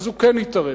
הוא כן יתערב.